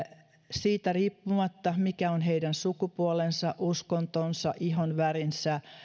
siitä riippumatta mikä on heidän sukupuolensa uskontonsa ihonvärinsä